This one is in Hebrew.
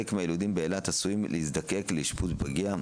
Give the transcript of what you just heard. חלק מהילודים באילת עשויים להזדקק לאשפוז בפגייה,